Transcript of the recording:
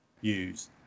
use